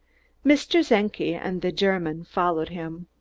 mr. czenki and the german followed him.